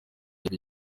ibyo